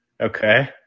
Okay